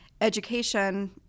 Education